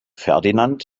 ferdinand